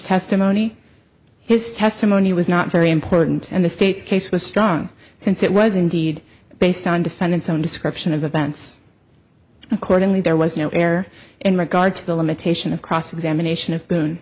testimony his testimony was not very important and the state's case was strong since it was indeed based on defendant's own description of events accordingly there was no air in regard to the limitation of cross examination of